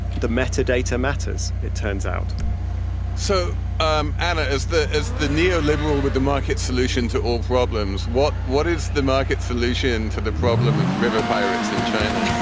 the metadata matters. it turns out so, um anna, as the as the neo liberal with the market solution to all problems. what what is the market solution to the problem of river pirates in china?